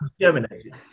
germinated